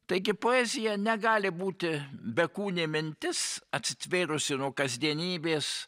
taigi poezija negali būti bekūnė mintis atsitvėrusi nuo kasdienybės